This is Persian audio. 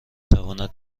تواند